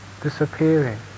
disappearing